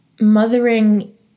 mothering